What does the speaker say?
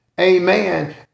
Amen